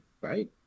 right